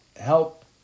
help